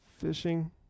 Fishing